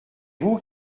vous